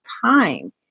time